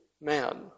man